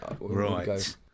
right